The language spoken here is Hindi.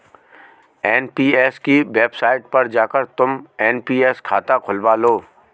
एन.पी.एस की वेबसाईट पर जाकर तुम एन.पी.एस खाता खुलवा लो